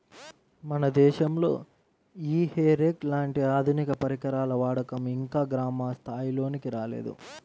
మన దేశంలో ఈ హే రేక్ లాంటి ఆధునిక పరికరాల వాడకం ఇంకా గ్రామ స్థాయిల్లోకి రాలేదు